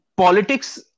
Politics